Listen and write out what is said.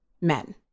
men